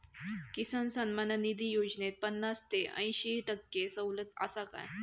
किसान सन्मान निधी योजनेत पन्नास ते अंयशी टक्के सवलत आसा काय?